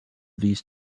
these